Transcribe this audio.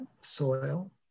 Soil